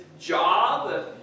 job